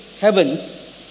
heavens